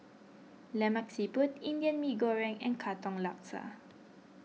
Lemak Siput Indian Mee Goreng and Katong Laksa